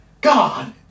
God